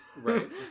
Right